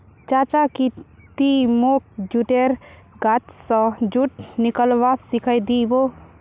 चाचा की ती मोक जुटेर गाछ स जुट निकलव्वा सिखइ दी बो